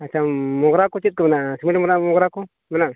ᱟᱪᱪᱷᱟ ᱢᱚᱜᱽᱨᱟ ᱠᱚ ᱪᱮᱫ ᱠᱚ ᱢᱮᱱᱟᱜᱼᱟ ᱥᱤᱢᱮᱱᱴ ᱢᱚᱜᱽᱨᱟ ᱢᱮᱱᱟᱜᱼᱟ